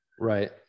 right